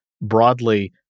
broadly